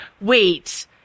wait